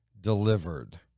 delivered